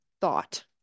thought